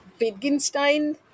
Wittgenstein